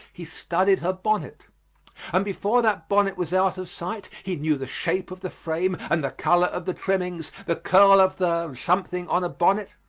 he studied her bonnet and before that bonnet was out of sight he knew the shape of the frame and the color of the trimmings, the curl of the something on a bonnet.